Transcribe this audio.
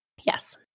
Yes